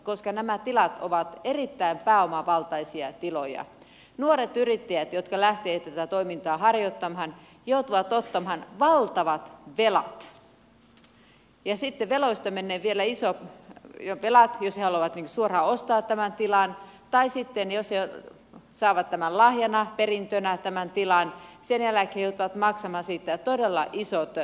koska nämä tilat ovat erittäin pääomavaltaisia tiloja nuoret yrittäjät jotka lähtevät tätä toimintaa harjoittamaan joutuvat ottamaan valtavat velat ja siitä veloista menee vielä iso vie jos he haluavat suoraan ostaa tämän tilan tai jos he saavat tämän tilan lahjana perintönä sen jälkeen he joutuvat maksamaan siitä todella isot verot